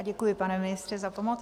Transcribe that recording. Děkuji, pane ministře, za pomoc.